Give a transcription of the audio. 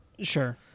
Sure